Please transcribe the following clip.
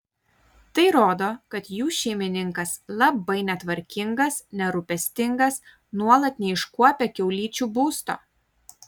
tai rodo kad jų šeimininkas labai netvarkingas nerūpestingas nuolat neiškuopia kiaulyčių būsto